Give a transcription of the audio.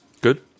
Good